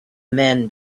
men